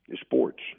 Sports